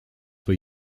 the